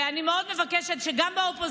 ואני מבקשת מאוד שגם באופוזיציה,